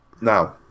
Now